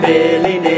Billy